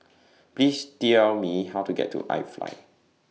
Please Tell Me How to get to I Fly